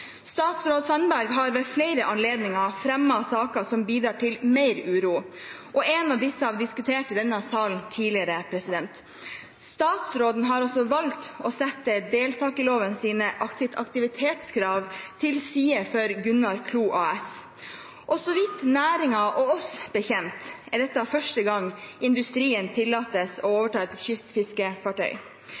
Statsråd Sandberg har ved flere anledninger fremmet saker som bidrar til mer uro, og en av disse har vi diskutert i denne salen tidligere. Statsråden har altså valgt å sette deltakerlovens aktivitetskrav til side for Gunnar Klo AS, og så vidt næringen og vi vet, er dette første gang industrien tillates å overta et kystfiskefartøy.